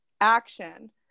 action